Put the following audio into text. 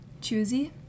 choosy